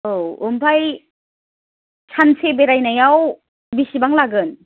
औ ओमफ्राय सानसे बेरायनायाव बेसेबां लागोन